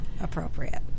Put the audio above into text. appropriate